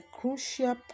crucial